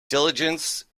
diligence